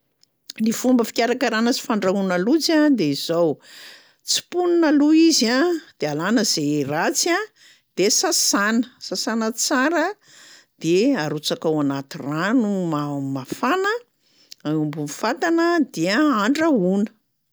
Ny fomba fikarakarana sy fandrahoina lojy a de zao: tsimponina aloha izy a, de alana zay ratsy a de sasana, sasana tsara, de arotsaka ao anaty rano ma- mafana eo ambony fatana dia andrahoina.